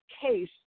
case